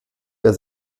der